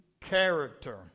character